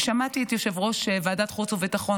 ושמעתי את יושב-ראש ועדת החוץ והביטחון